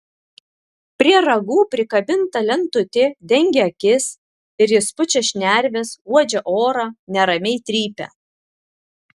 prie ragų prikabinta lentutė dengia akis ir jis pučia šnerves uodžia orą neramiai trypia